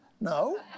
no